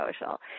social